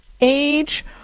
Age